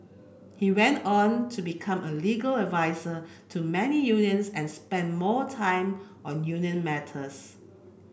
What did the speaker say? he went on to become a legal advisor to many unions and spent more time on union matters